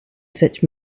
such